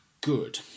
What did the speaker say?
good